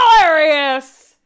hilarious